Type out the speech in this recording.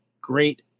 great